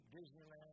Disneyland